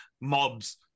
mobs